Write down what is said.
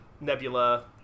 Nebula